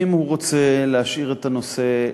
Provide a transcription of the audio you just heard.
אם הוא רוצה להשאיר את הנושא,